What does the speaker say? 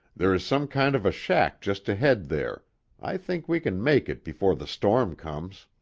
there is some kind of a shack just ahead there i think we can make it before the storm comes.